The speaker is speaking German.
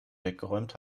weggeräumt